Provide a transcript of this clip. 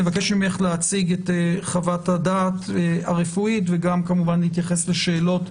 אני מבקש ממך להציג את חוות הדעת הרפואית וגם כמובן להתייחס לשאלות,